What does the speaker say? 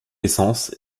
essence